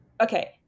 okay